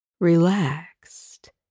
relaxed